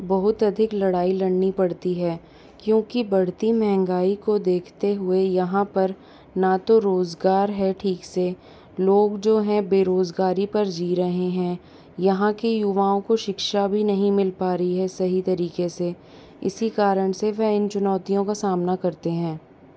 बहुत अधिक लड़ाई लड़नी पड़ती है क्योंकि बढ़ती महंगाई को देखते हुये यहाँ पर न तो रोज़गार है ठीक से लोग जो है बेरोज़गारी पर जी रहे हैं यहाँ के युवाओं को शिक्षा भी नहीं मिल पा रही है सही तरीके से इसी कारण से वह इन चुनौतियों का सामना करते हैं